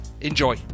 Enjoy